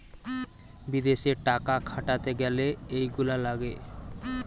বিদেশে টাকা খাটাতে গ্যালে এইগুলা লাগে